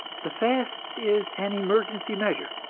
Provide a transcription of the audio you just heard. the fast is an emergency measure,